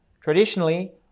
Traditionally